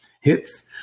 hits